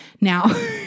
Now